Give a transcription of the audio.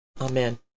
Amen